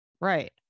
Right